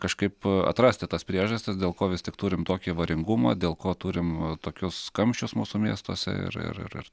kažkaip atrasti tas priežastis dėl ko vis tik turim tokį avaringumą dėl ko turim tokius kamščius mūsų miestuose ir ir ir ir